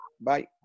Bye